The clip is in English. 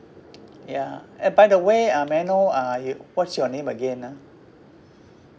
ya eh by the way uh may I know uh you what's your name again ah